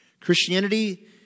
Christianity